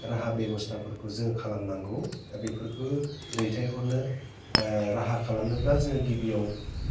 राहा बेबस्थाफोरखौ जो खालामनांगौ दा बेफोरखौ दैथायहरनो राहा खालामनोब्ला जोङो गिबियाव